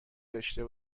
داشته